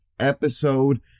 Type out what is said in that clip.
episode